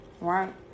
Right